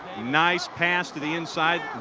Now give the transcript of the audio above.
nice pass to the inside.